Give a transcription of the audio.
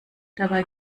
dabei